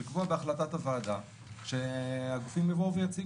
לקבוע בהחלטת הוועדה שהגופים יבואו ויציגו.